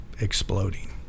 exploding